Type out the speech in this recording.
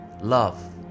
love